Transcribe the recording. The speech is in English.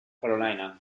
carolina